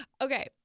Okay